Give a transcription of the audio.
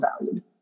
valued